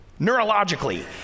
neurologically